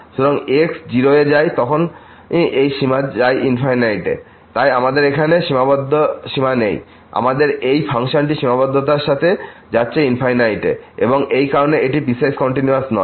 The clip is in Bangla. সুতরাং যখন x 0 এ যায় তখনএই সীমা যায় তাই আমাদের এখানে সীমাবদ্ধ সীমা নেই আমাদের এই ফাংশনটি সীমাবদ্ধতার সাথে যাচ্ছে এবং এই কারণেই এটিপিসওয়াইস কন্টিনিউয়াস নয়